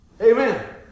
Amen